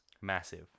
Massive